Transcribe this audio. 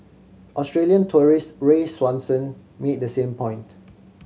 Australian tourist Ray Swanson made the same point